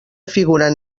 figuren